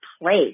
place